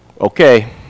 Okay